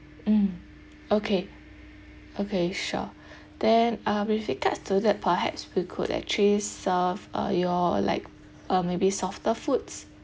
mm okay okay sure then uh with regards to that perhaps we could actually serve uh you all like uh maybe softer foods